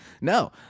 No